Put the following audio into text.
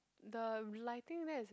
the relighting there is